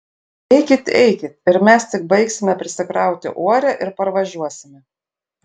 eikit eikit ir mes tik baigsime prisikrauti uorę ir parvažiuosime